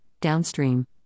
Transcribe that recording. Downstream